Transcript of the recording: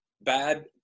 bad